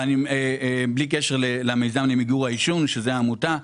וזה בלי קשר למיזם למיגור העישון שזאת עמותה,